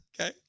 Okay